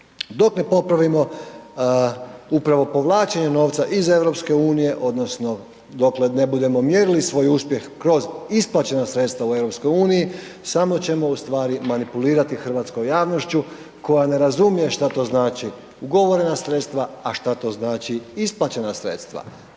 Dok ne popravimo upravo povlačenje novca iz EU odnosno dokle ne budemo mjerili svoj uspjeh kroz isplaćena sredstva u EU samo ćemo ustvari manipulirati hrvatskom javnošću koja ne razumije šta to znači ugovorena sredstva a šta to znači isplaćena sredstva.